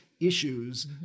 issues